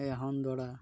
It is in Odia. ଏ ଆହ୍ୱାନ ଦ୍ୱାରା